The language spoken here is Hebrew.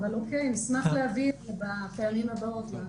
אבל נשמח להביא את זה בפעמים הבאות.